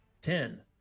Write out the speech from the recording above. Ten